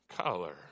color